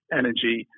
energy